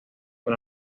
con